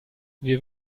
wir